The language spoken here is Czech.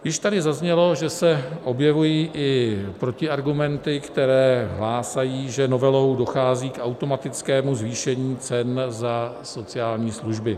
Již tady zaznělo, že se objevují i protiargumenty, které hlásají, že novelou dochází k automatickému zvýšení cen za sociální služby.